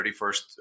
31st